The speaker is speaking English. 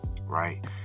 Right